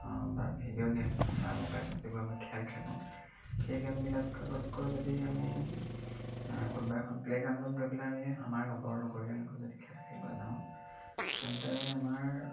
বা video game বা মোবাইলত যিবোৰ আমি খেল খেলোঁ সেই গেমবিলাকতকৈ যদি আমি কোনোবা এখন প্লে' গ্ৰাউণ্ডত গৈ পেলাই আমি আমাৰ লগৰ লগৰীয়াৰ লগত যদি খেল খেলিব যাওঁ তেন্তে আমাৰ